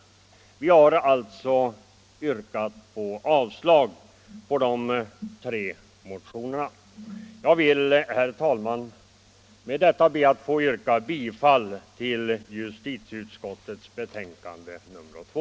Vi har alltså yrkat avslag på de tre motionerna. Jag vill, herr talman, med det anförda be att få yrka bifall till justitieutskottets hemställan i betänkandet nr 2.